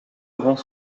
avant